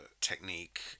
technique